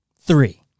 Three